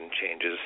changes